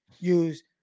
use